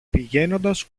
πηγαίνοντας